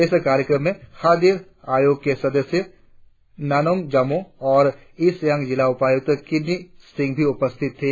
इस कार्यक्रम में खाद्य आयोग के सदस्य नानोंग जामोह और ईस्ट सियांग जिला उपायुक्त किन्नी सिंह भी उपस्थित थी